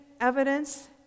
evidence